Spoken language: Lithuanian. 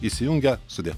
įsijungę sudie